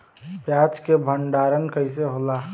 प्याज के भंडारन कइसे होला?